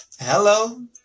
Hello